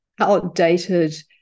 outdated